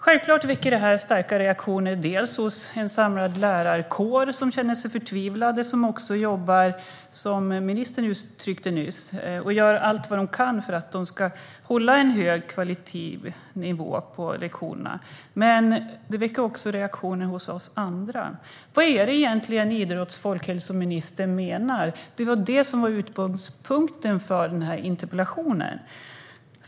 Självklart väcker detta starka reaktioner bland annat hos en samlad lärarkår, som känner sig förtvivlad. Som ministern nyss uttryckte jobbar lärarna och gör allt de kan för att hålla en hög kvalitetsnivå på lektionerna. Det väcker dock reaktioner även hos oss andra. Vad är det egentligen idrotts och folkhälsoministern menar? Det var det som var utgångspunkten för denna interpellation.